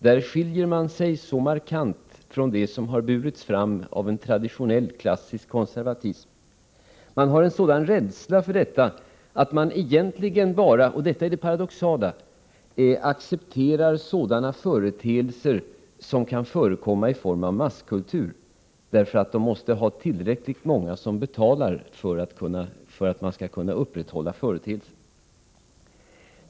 Där skiljer sig moderaterna markant från det som har burits fram av en traditionell klassisk konservatism. De har en sådan rädsla för detta att de egentligen bara — och det är det paradoxala — accepterar sådana företeelser som kan förekomma i form av masskultur, därför att de måste ha tillräckligt många som betalar för att företeelsen skall kunna upprätthållas.